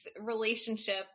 relationship